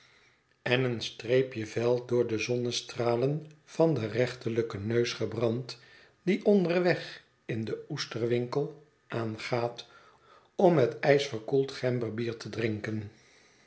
en een streepje vel door de zonnestralen van den rechterlijken neus gebrand die onderweg in den oesterwinkel aangaat om met ijs verkoeld gemberbier te drinken